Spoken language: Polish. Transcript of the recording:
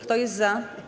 Kto jest za?